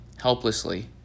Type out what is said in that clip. helplessly